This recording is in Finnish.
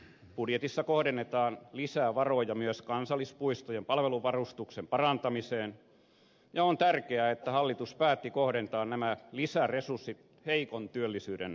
budjetissa kohdennetaan lisää varoja myös kansallispuistojen palveluvarustuksen parantamiseen ja on tärkeää että hallitus päätti kohdentaa nämä lisäresurssit heikon työllisyyden alueille